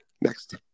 Next